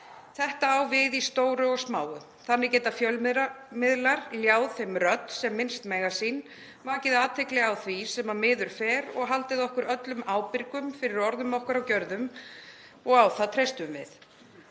Þetta á við í stóru og smáu. Þannig geta fjölmiðlar ljáð þeim rödd sem minnst mega sín, vakið athygli á því sem miður fer og haldið okkur öllum ábyrgum fyrir orðum okkar og gjörðum og á það treystum við.